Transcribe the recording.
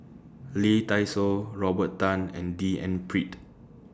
Lee Dai Soh Robert Tan and D N Pritt